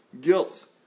guilt